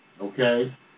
Okay